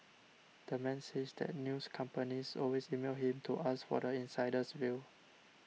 the man says that news companies always email him to ask for the insider's view